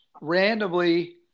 randomly